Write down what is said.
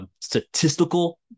statistical